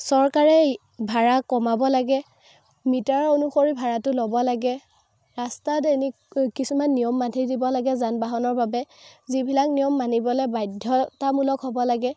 চৰকাৰে ভাড়া কমাব লাগে মিটাৰ অনুসৰি ভাড়াটো ল'ব লাগে ৰাস্তাত এনে কিছুমান নিয়ম বান্ধিব লাগে যান বাহনৰ বাবে যিবিলাক নিয়ম মানিবলৈ বাধ্যতামূলক হ'ব লাগে